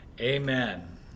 Amen